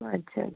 अच्छा